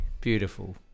Beautiful